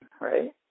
Right